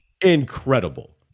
incredible